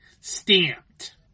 stamped